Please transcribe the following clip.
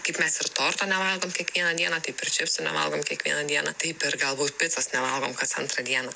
kaip mes ir torto nevalgom kiekvieną dieną taip ir čipsų nevalgom kiekvieną dieną taip ir galbūt picos nevalgom kas antrą dieną